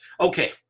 Okay